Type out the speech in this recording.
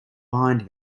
behind